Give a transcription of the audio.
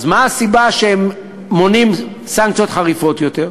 אז מה הסיבה שהם מונעים סנקציות חריפות יותר?